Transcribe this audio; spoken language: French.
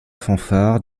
fanfare